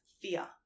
fear